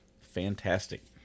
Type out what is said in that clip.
fantastic